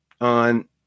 on